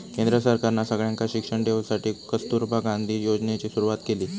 केंद्र सरकारना सगळ्यांका शिक्षण देवसाठी कस्तूरबा गांधी योजनेची सुरवात केली